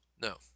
No